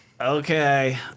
Okay